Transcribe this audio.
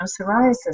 psoriasis